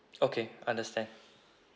okay understand